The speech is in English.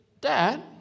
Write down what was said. Dad